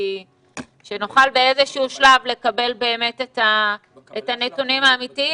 שנוכל באיזשהו שלב לקבל באמת את הנתונים האמתיים.